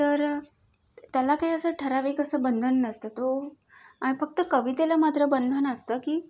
तर त्याला काही असं ठरावीक असं बंधन नसतं तो फक्त कवितेला मात्र बंधन असतं की